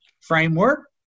framework